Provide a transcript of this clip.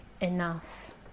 enough